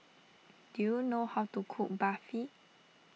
do you know how to cook Barfi